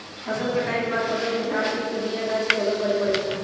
फसल कटाइ के बाद फ़सल के झार पिट के बिया गाछ के अलग करे परै छइ